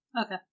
Okay